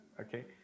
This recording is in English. Okay